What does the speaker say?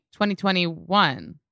2021